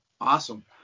awesome